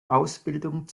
ausbildung